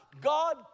God